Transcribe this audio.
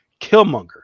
killmonger